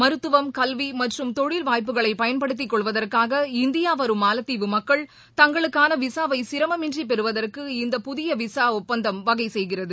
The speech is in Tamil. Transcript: மருத்துவம் கல்வி மற்றும் தொழில் வாய்ப்புகளை பயன்படுத்திக் கொள்வதற்காக இந்தியா வரும் மாலத்தீவு மக்கள் தங்களுக்கான விசாவை சிரமமின்றி பெறுவதற்கு இந்த புதிய விசா ஒப்பந்தம் வகை செய்கிறது